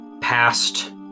past